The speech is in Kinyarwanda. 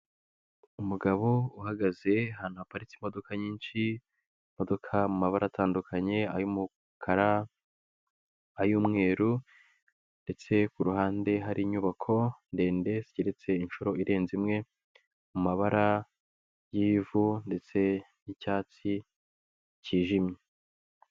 Umugabo uhagaze ahantu haparitse imodoka nyinshi, imodoka mu mabara atandukanye ay'umukara ay'umweru, ndetse ku ruhande hari inyubako ndende zigeretse inshuro irenze imwe, mu mabara y'ivu ndetse n'icyatsi kijimye.